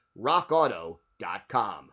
rockauto.com